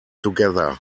together